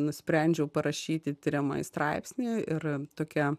nusprendžiau parašyti tiriamąjį straipsnį ir tokia